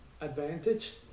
advantage